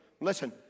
Listen